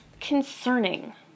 Concerning